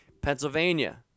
Pennsylvania